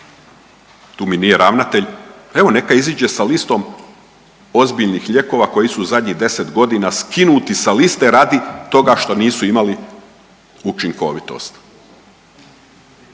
tu mi nije ravnatelj, evo, neka iziđe sa listom ozbiljnih lijekova koji su u zadnjih 10 godina skinuti sa liste radi toga što nisu imali učinkovitost.